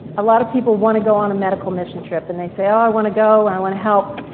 a lot of people want to go on a medical mission trip, and they say, oh, i want to go, and i want to help,